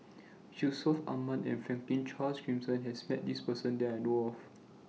Yusman Aman and Franklin Charles Gimson has Met This Person that I know of